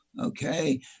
Okay